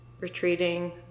retreating